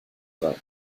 sein